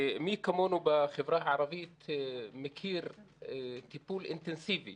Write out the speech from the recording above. ומי כמונו בחברה הערבית מכיר טיפול אינטנסיבי